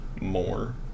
more